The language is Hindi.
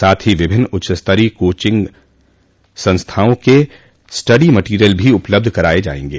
साथ ही विभिन्न उच्चस्तरोय कोचिंग संस्थानों के स्टडी मटोरियल भी उपलब्ध कराये जायें गे